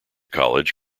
college